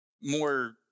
more